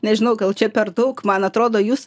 nežinau gal čia per daug man atrodo jūs